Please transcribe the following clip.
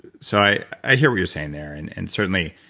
so, i hear what you're saying there. and and certainly,